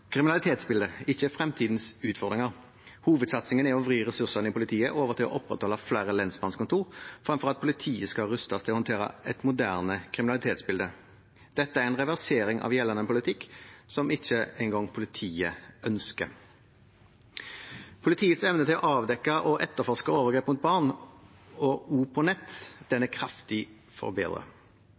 ikke fremtidens utfordringer. Hovedsatsingen er å vri ressursene i politiet over til å opprettholde flere lensmannskontorer fremfor at politiet skal rustes til å håndtere et moderne kriminalitetsbilde. Dette er en reversering av gjeldende politikk som ikke engang politiet ønsker. Politiets evne til å avdekke og etterforske overgrep mot barn på nett er kraftig forbedret. Det skyldes bl.a. etablering av større og bedre